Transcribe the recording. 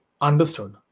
understood